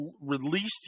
released